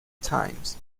times